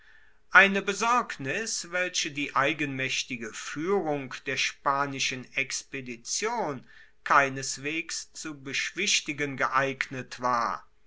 eine besorgnis welche die eigenmaechtige fuehrung der spanischen expedition keineswegs zu beschwichtigen geeignet war